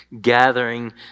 gathering